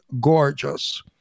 gorgeous